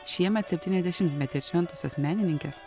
šiemet septyniasdešimtmetį atšventusios menininkės